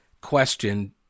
question